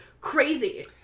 crazy